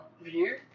view